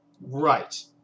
Right